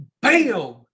Bam